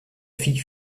fille